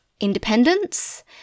independence